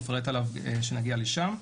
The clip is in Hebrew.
נפרט עליו כשנגיע לשם.